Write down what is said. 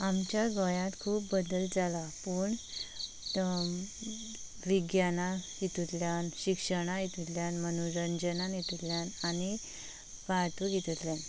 आमच्या गोंयांत खूब बदल जालो पूण पूण विज्ञानां हितूंतल्यान शिक्षणा हितूंतल्यान मनोरंजना हितूंतल्यान आनी वाहतूक हितूंतल्यान